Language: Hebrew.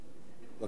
בבקשה, אדוני.